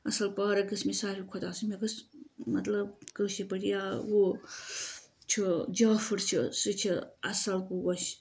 اصل پارک گٔژھ مےٚ ساروی کھۄتہٕ آسٕنۍ مےٚ گٔژھ مطلب کٲشِر پٲٹھۍ یا ہُہ چھُ جافُر چھُ سُہ چھُ اصل پوش